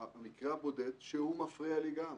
המקרה הבודד שהוא מפריע לי גם,